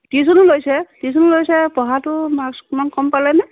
টিউশ্যনো লৈছে টিউশ্যনো লৈছে পঢ়াতো মাৰ্কছ ইমান কম পালেনে